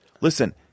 Listen –